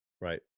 right